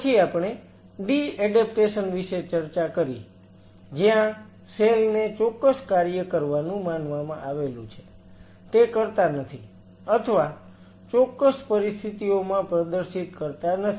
પછી આપણે de adaptation વિશે ચર્ચા કરી જ્યાં સેલ ને ચોક્કસ કાર્ય કરવાનું માનવામાં આવેલુ છે તે કરતા નથી અથવા ચોક્કસ પરિસ્થિતિઓમાં પ્રદર્શિત કરતા નથી